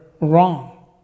wrong